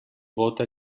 bóta